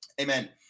Amen